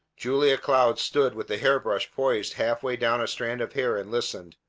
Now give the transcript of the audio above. julia cloud stood with the hair-brush poised half-way down a strand of hair, and listened.